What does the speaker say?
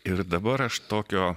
ir dabar aš tokio